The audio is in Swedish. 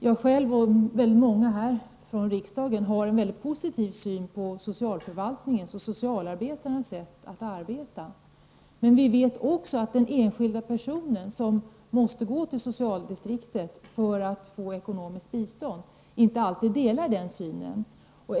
Jag själv och många från riksdagen har en positiv syn på socialförvaltningens och socialarbetarnas sätt att arbeta. Men vi vet också att den enskilda personen som måste gå till socialdistriktet för att få ekonomiskt bistånd inte alltid delar den synen.